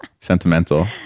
Sentimental